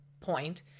point